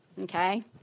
okay